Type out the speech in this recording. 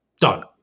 Done